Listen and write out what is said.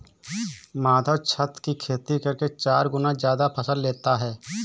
माधव छत की खेती करके चार गुना ज्यादा फसल लेता है